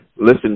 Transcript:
listen